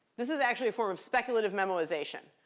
this is actually a form of speculative memoization.